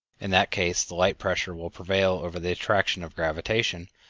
in that case the light pressure will prevail over the attraction of gravitation,